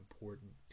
important